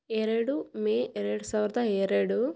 ಎರಡು ಮೇ ಎರಡು ಸಾವಿರದ ಎರಡು